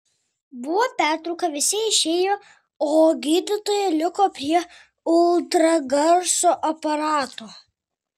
buvo pertrauka visi išėjo o gydytoja liko prie ultragarso aparato